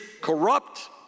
corrupt